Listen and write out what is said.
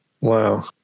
Wow